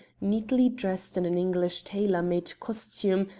neatly dressed in an english tailor-made costume,